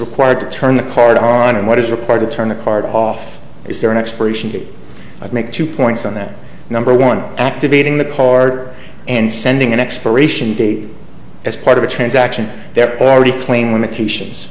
required to turn the car on and what is required to turn the card off is there an expiration date i'd make two points on that number one activating the card and sending an expiration date as part of a transaction they're already playing